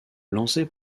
lancée